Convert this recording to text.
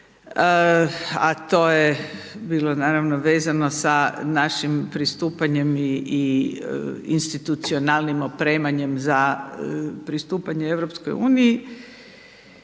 a to je bilo naravno vezano sa našim pristupanjem i institucionalnim opremanjem za pristupanje EU, imamo